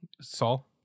Saul